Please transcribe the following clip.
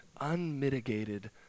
unmitigated